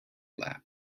lap